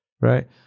Right